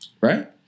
Right